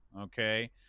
okay